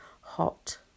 hot